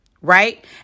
Right